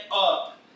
up